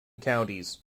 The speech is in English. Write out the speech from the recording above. counties